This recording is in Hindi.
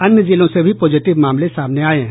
अन्य जिलों से भी पॉजिटिव मामले सामने आये हैं